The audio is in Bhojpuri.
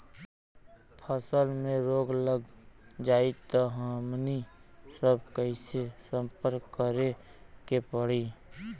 फसल में रोग लग जाई त हमनी सब कैसे संपर्क करें के पड़ी?